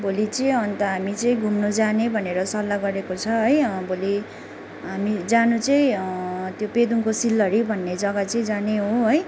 भोलि चाहिँ अन्त हामी चाहिँ घुम्नु जाने भनेर सल्लाह गरेको छ है भोलि हामी जानु चाहिँ त्यो पेदोङको सिल्लरी भन्ने जग्गा चाहिँ जाने हो है